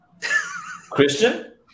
Christian